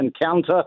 encounter